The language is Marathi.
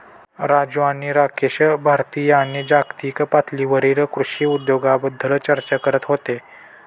राजू आणि राकेश भारतीय आणि जागतिक पातळीवरील कृषी उद्योगाबद्दल चर्चा करत होते